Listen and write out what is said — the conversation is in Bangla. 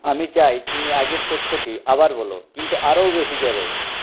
আমি চাই তুমি আগের তথ্যটি আবার বলো কিন্তু আরও বেশি জোরে